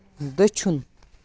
دٔچھُن